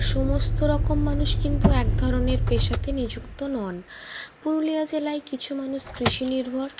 সমস্ত রকম মানুষ কিন্তু এক ধরনের পেশাতে নিযুক্ত নন পুরুলিয়া জেলায় কিছু মানুষ কৃষি নির্ভর